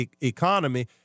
economy